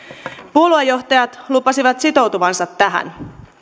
puoluejohtajat lupasivat sitoutua tähän